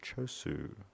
Chosu